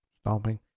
Stomping